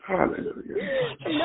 Hallelujah